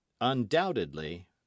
Undoubtedly